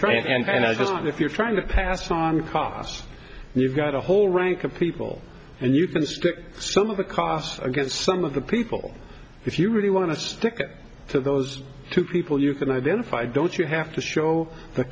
suspect if you're trying to pass on costs you've got a whole rank of people and you can stick some of the costs against some of the people if you really want to stick to those people you can identify don't you have to show the